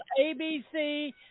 ABC